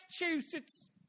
Massachusetts